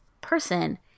person